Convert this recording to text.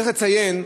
צריך לציין,